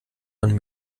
man